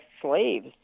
slaves